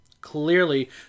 Clearly